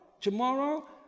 Tomorrow